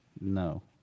No